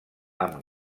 amb